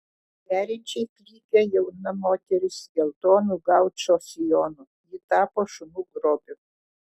veriančiai klykė jauna moteris geltonu gaučo sijonu ji tapo šunų grobiu